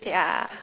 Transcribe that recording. ya